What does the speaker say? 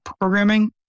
programming